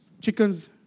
chickens